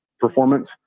performance